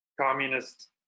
communist